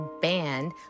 banned